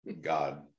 God